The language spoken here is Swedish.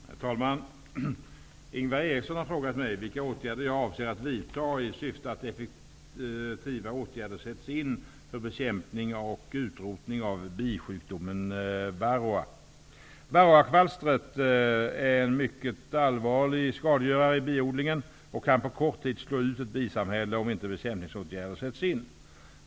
Herr talman! Ingvar Eriksson har frågat mig vilka åtgärder jag avser att vidtaga i syfte att effektiva åtgärder sätts in för bekämpning och utrotning av bisjukdomen varroa. Varroakvalstret är en mycket allvarlig skadegörare i biodlingen och kan på kort tid slå ut ett bisamhälle om inte bekämpningsåtgärder sätts in.